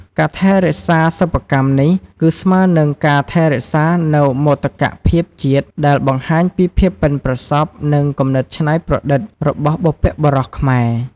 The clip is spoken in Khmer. ការថែរក្សាសិប្បកម្មនេះ គឺស្មើនឹងការថែរក្សានូវមោទកភាពជាតិ ដែលបង្ហាញពីភាពប៉ិនប្រសប់ និងគំនិតច្នៃប្រឌិតរបស់បុព្វបុរសខ្មែរ។